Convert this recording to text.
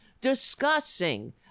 discussing